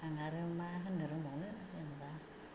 आं आरो मा होननो रोंबावनो जेनेबा